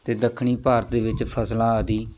ਅਤੇ ਦੱਖਣੀ ਭਾਰਤ ਦੇ ਵਿੱਚ ਫ਼ਸਲਾਂ ਆਦਿ